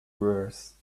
worse